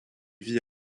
vit